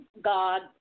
God